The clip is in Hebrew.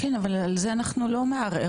כן, אבל על זה אנחנו לא מערערות,